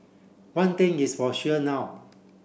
one thing is for sure now